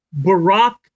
Barack